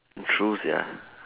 true sia